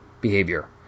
behavior